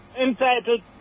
entitled